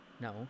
No